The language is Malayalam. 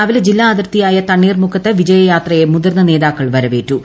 രാവിലെ ജില്ലാ അതിർത്തിയായ തണ്ണീർമുക്കത്ത് വിജയ യാത്രയെ മുതിർന്ന നേതാക്കൾ വരവേറ്റു